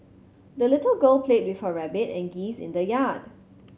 the little girl played with her rabbit and geese in the yard